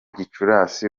gicurasi